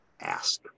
ask